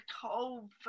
cold